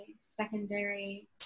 secondary